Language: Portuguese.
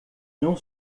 não